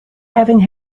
having